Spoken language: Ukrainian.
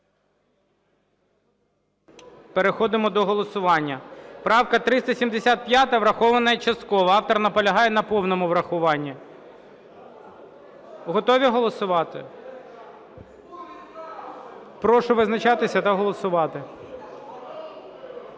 Переходимо до голосування. Правка 375 врахована частково. Автор наполягає на повному врахуванні. Готові голосувати? Прошу визначатися та голосувати.